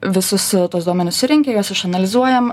visus tuos duomenis surenki juos išanalizuojam